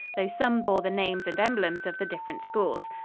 though some bore the names and emblems of the different schools.